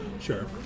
sure